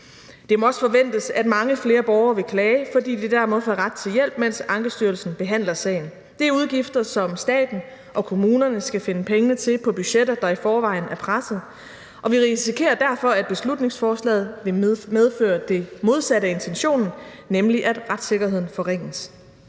Det må også forventes, at mange flere borgere vil klage, fordi de dermed får ret til hjælp, mens Ankestyrelsen behandler sagen. Det er udgifter, som staten og kommunerne skal finde pengene til på budgetter, der i forvejen er pressede, og vi risikerer derfor, at beslutningsforslaget vil medføre det modsatte af intentionen, nemlig at retssikkerheden forringes.